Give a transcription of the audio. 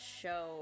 show